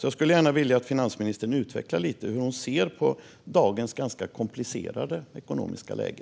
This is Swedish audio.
Jag skulle gärna vilja att finansministern utvecklar lite hur hon ser på dagens ganska komplicerade ekonomiska läge.